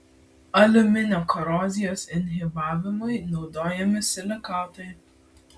aliuminio korozijos inhibavimui naudojami silikatai